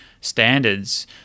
standards